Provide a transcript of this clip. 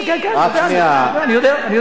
כן כן כן, בוודאי, אני יודע.